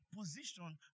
position